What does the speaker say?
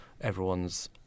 everyone's